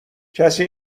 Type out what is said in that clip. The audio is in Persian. کسی